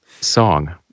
song